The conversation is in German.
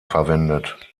verwendet